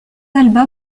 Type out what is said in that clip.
albums